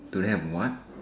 do they have what